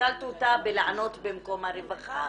ניצלת אותה בלענות במקום הרווחה,